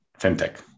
fintech